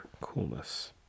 coolness